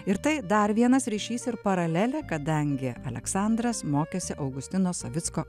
ir tai dar vienas ryšys ir paralelė kadangi aleksandras mokėsi augustino savicko